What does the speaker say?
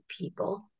people